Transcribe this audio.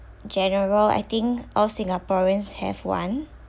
general I think all singaporeans have one